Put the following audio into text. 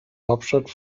hauptstadt